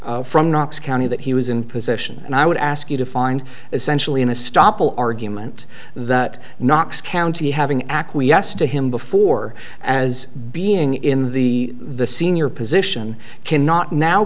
from knox county that he was in position and i would ask you to find essentially in a stoppel argument that knox county having acquiesced to him before as being in the the senior position cannot now